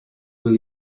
will